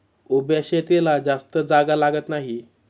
उभ्या शेतीला जास्त जागा लागत नाही